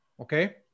Okay